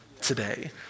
today